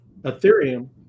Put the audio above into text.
Ethereum